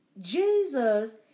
Jesus